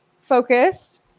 focused